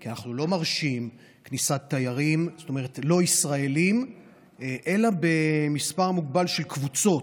כי אנחנו לא מרשים כניסת תיירים לא ישראלים אלא במספר מוגבל של קבוצות,